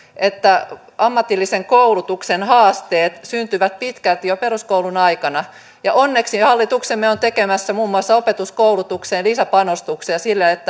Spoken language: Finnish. että ammatillisen koulutuksen haasteet syntyvät pitkälti jo peruskoulun aikana onneksi hallituksemme on tekemässä muun muassa opetuskoulutukseen lisäpanostuksia